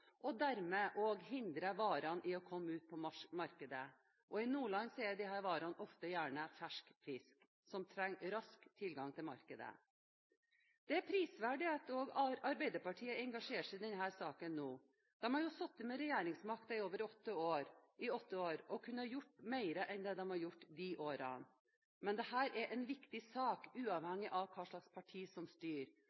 og dermed også hindrer varene i å komme ut på markedet. I Nordland er disse varene gjerne fersk fisk som trenger rask tilgang til markedet. Det er prisverdig at også Arbeiderpartiet engasjerer seg i denne saken nå. De har sittet med regjeringsmakten i åtte år og kunne ha gjort mer enn de gjorde de årene. Men dette er en viktig sak